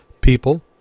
people